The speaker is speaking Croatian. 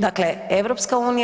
Dakle, EU